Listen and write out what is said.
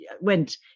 went